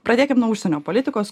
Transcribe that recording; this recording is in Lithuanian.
pradėkim nuo užsienio politikos